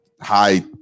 high